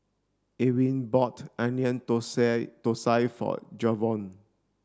Ewing bought onion Thosai for Jayvon